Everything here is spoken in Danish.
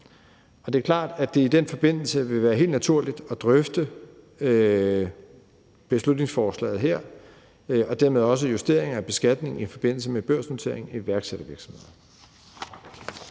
det er klart, at det i den forbindelse vil være helt naturligt at drøfte beslutningsforslaget her og dermed også justeringer af beskatningen i forbindelse med børsnotering af iværksættervirksomheder.